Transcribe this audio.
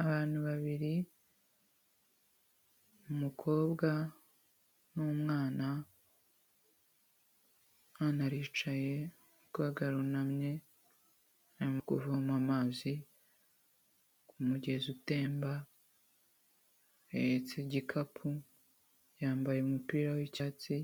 Abantu babiri, umukobwa n'umwana, umwana aricaye, umukobwa arunamye ari kuvoma amazi k'umugezi utemba, ahetse igikapu, yambaye umupira w'icyatsi,